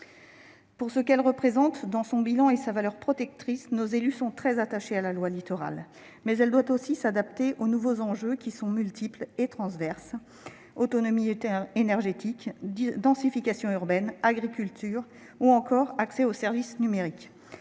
Pour ce qu'elle représente, dans son bilan et sa valeur protectrice, nos élus sont très attachés à la loi Littoral, mais celle-ci doit aussi être adaptée aux nouveaux enjeux, qui sont multiples et transverses : autonomie énergétique, densification urbaine, agriculture, ou encore accès aux services numériques.